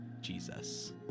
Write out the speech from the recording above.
jesus